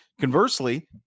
conversely